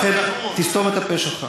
לכן, תסתום את הפה שלך.